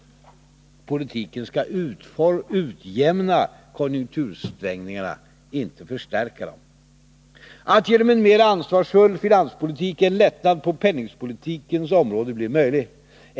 Politiken skall utjämna konjunktursvängningarna — inte förstärka dem; att genom en mera ansvarsfull finanspolitik en lättnad på penningpolitikens område blir möjlig.